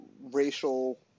racial